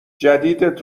جدیدت